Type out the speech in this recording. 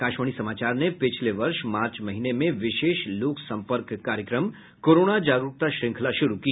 आकाशवाणी समाचार ने पिछले वर्ष मार्च महीने में विशेष लोक संपर्क कार्यक्रम कोरोना जागरुकता श्रृंखला शुरू की